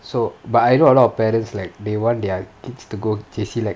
so but I know a lot of parents like they want their kids to go J_C like